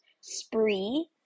spree